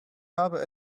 habe